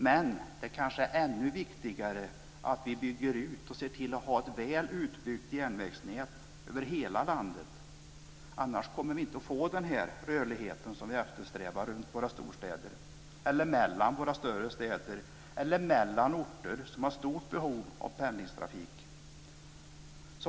Men det är kanske ännu viktigare att vi bygger ut och ser till att ha ett väl utbyggt järnvägsnät över hela landet. Annars kommer vi inte att få den rörlighet som vi eftersträvar runt våra storstäder, eller mellan våra större städer eller mellan orter som har ett stort behov av pendeltrafik.